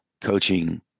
coaching